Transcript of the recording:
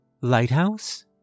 Lighthouse